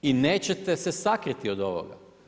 I nećete se sakriti od ovoga.